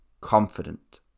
confident